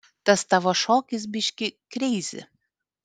tas tavo šokis biški kreizi